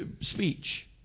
speech